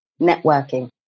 networking